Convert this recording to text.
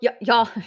y'all